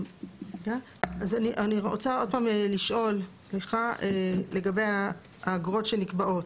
אני רוצה עוד פעם לשאול, לגבי האגרות שנקבעות.